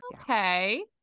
Okay